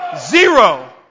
Zero